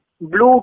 blue